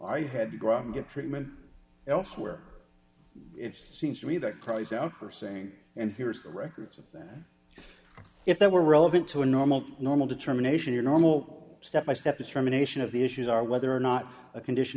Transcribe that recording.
i had to go out and get treatment elsewhere it seems to me that cries out for saying and here is the records of that if that were relevant to a normal normal determination your normal step by step determination of the issues are whether or not a condition